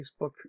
Facebook